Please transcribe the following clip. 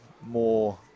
more